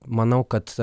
manau kad